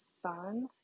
sun